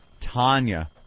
Tanya